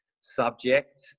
subject